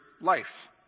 life